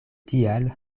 tial